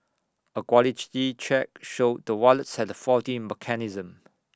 A quality check showed the wallets had faulty mechanism